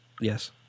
Yes